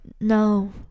no